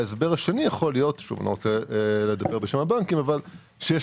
ההסבר השני יכול להיות לא רוצה לדבר בשם הבנקים שיש